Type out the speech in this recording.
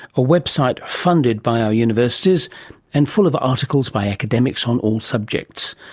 a website funded by our universities and full of articles by academics on all subjects.